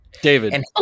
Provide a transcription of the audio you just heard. David